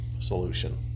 solution